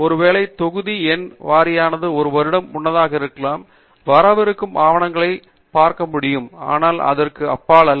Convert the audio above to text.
ஒருவேளை தொகுதி எண் வாரியானது ஒரு வருடம் முன்னதாக இருக்கலாம் வரவிருக்கும் ஆவணங்களைப் பார்க்க முடியும் ஆனால் அதற்கு அப்பால் அல்ல